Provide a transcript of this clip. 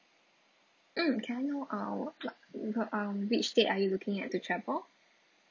mm can I know uh wha~ wha~ wha~ um which date are you looking at to travel